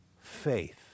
faith